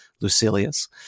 Lucilius